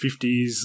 50s